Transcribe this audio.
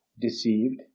deceived